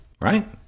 Right